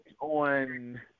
on